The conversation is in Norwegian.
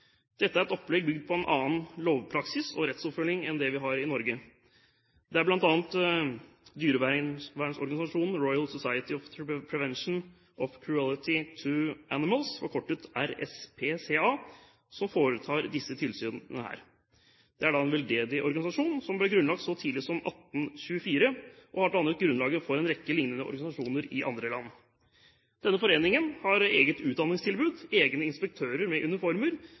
Dette er et opplegg bygd på en annen lovpraksis og rettsoppfølging enn det vi har i Norge. Det er bl.a. dyrevernsorganisasjonen Royal Society for the Prevention of Cruelty to Animals – forkortet RSPCA – som foretar tilsynene her. Det er en veldedig organisasjon som ble grunnlagt så tidlig som 1824. Den har dannet grunnlaget for en rekke lignende organisasjoner i andre land. Denne foreningen har eget utdanningstilbud, egne inspektører med uniformer